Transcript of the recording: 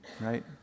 right